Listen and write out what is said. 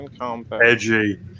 edgy